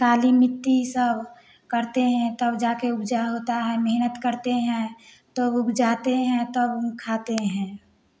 काली मिट्टी सब करते हैं तब जाके उपजा होता है मेहनत करते हैं तो उपजाते हैं तब हम खाते हैं